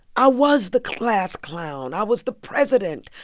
i was the class clown. i was the president.